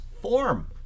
form